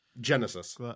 genesis